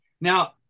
Now